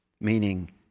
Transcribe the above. meaning